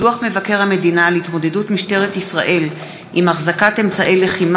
דוח מבקר המדינה על התמודדות משטרת ישראל עם החזקת אמצעי לחימה